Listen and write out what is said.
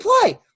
play